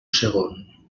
segon